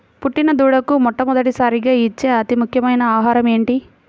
పుట్టిన దూడకు మొట్టమొదటిసారిగా ఇచ్చే అతి ముఖ్యమైన ఆహారము ఏంటి?